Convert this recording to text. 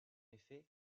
effet